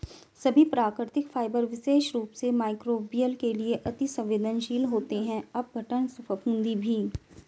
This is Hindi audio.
सभी प्राकृतिक फाइबर विशेष रूप से मइक्रोबियल के लिए अति सवेंदनशील होते हैं अपघटन, फफूंदी भी